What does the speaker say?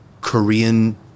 Korean